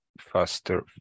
faster